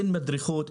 אין מדרכות,